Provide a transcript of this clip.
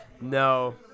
No